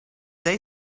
they